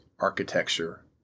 architecture